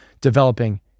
developing